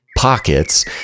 Pockets